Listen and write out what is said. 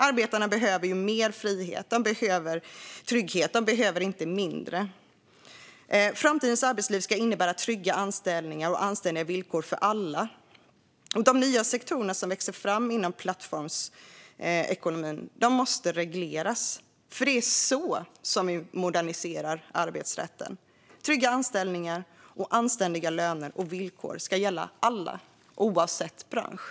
Arbetarna behöver mer frihet och trygghet, inte mindre. Framtidens arbetsliv ska innebära trygga anställningar och anständiga villkor för alla. De nya sektorer som växer fram inom plattformsekonomin måste regleras. Det är på så vis vi moderniserar arbetsrätten. Trygga anställningar och anständiga löner och villkor ska gälla alla oavsett bransch.